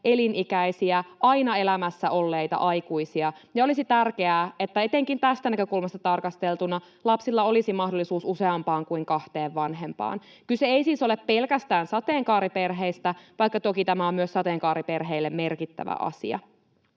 elinikäisiä, aina elämässä olleita aikuisia, joten olisi tärkeää, että etenkin tästä näkökulmasta tarkasteltuna lapsilla olisi mahdollisuus useampaan kuin kahteen vanhempaan. Kyse ei siis ole pelkästään sateenkaariperheistä, vaikka toki tämä on myös sateenkaariperheille merkittävä asia.